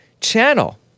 channel